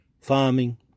farming